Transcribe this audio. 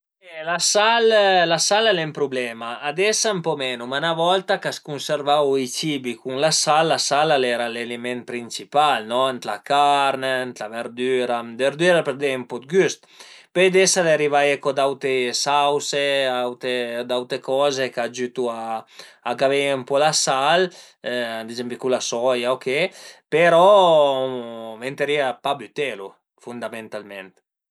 E la sal, la sal al e ën prublema, ades ën po menu, ma 'na volta ch'a së cunservavu i cibi cun la sal, la sal al era l'aliment principal no, ën la carn, ën la verdüra, la verdüra për deie ën po dë güst, pöi ades al e arivaie co d'aute sause e d'aute coze chë agiütu co a gavé ën po la sal, ad ezempi cun la soia o che però ventarìa pa bütelu fundamentalment